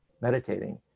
meditating